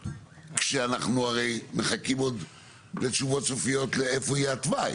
כשאנחנו הרי מחכים עוד לתשובות סופיות לאיפה יהיה התוואי,